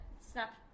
snap